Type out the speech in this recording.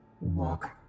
Walk